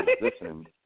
listen